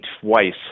twice